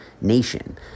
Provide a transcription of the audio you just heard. nation